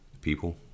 people